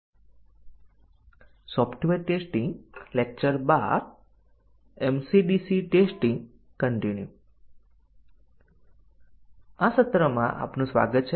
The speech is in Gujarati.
આ સત્રમાં આપનું સ્વાગત છે હવે અમે MC DC ટેસ્ટીંગ તરફ ધ્યાન આપીશું